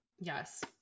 yes